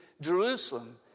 Jerusalem